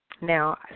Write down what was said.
Now